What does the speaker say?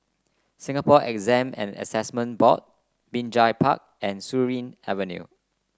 Singapore Exam and Assessment Board Binjai Park and Surin Avenue